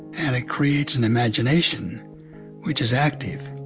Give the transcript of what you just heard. and it creates an imagination which is active.